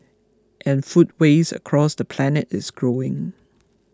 and food waste across the planet is growing